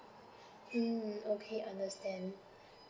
mm okay understand